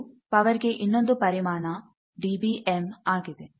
ಇದು ಪವರ್ ಗೆ ಇನ್ನೊಂದು ಪರಿಮಾಣ ಡಿಬಿಎಮ್ ಆಗಿದೆ